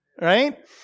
right